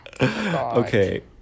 Okay